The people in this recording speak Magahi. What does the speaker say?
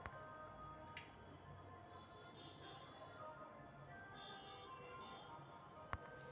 अरेबियन जैसमिन के पउपयोग इत्र बनावे ला भी कइल जाहई